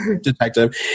detective